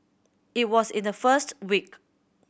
it was in the first week